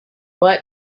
but